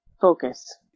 focus